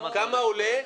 כמה עולה?